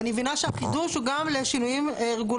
ואני מבינה שהחידוש הוא גם לשינויים רגולטוריים.